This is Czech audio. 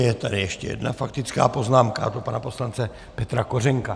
Je tady ještě jedna faktická poznámka, a to pana poslance Petra Kořenka.